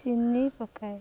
ଚିନି ପକାଏ